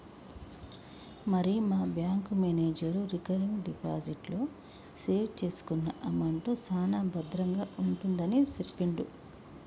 మరి మా bank manager recurring deposit లో సేవ్ చేసుకున్న అమౌంట్ సాన భద్రంగా ఉంటుందని సెప్పిండు